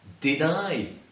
deny